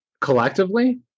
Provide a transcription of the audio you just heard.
collectively